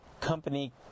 company